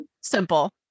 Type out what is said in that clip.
Simple